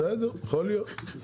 בסדר, יכול להיות.